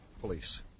police